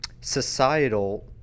societal